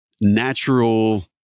natural